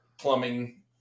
plumbing